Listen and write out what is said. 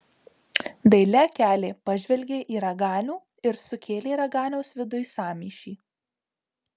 daili akelė pažvelgė į raganių ir sukėlė raganiaus viduj sąmyšį